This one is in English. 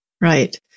Right